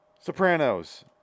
Sopranos